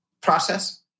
process